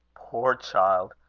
poor child!